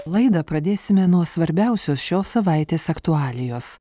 laidą pradėsime nuo svarbiausios šios savaitės aktualijos